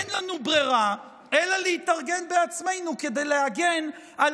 אין לנו ברירה אלא להתארגן בעצמנו כדי להגן על